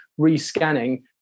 rescanning